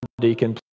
deacon